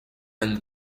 and